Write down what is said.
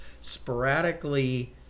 sporadically